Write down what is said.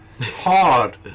hard